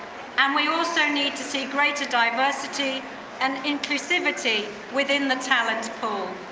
and we also need to see greater diversity and inclusivity within the talent pool.